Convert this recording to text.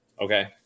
okay